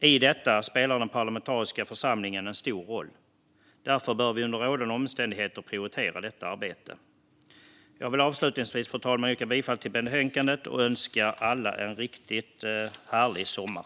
I detta spelar den parlamentariska församlingen en stor roll. Därför bör vi under rådande omständigheter prioritera detta arbete. Fru talman! Avslutningsvis vill jag yrka bifall till förslaget i betänkandet och önska alla en riktigt härlig sommar.